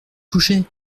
coucher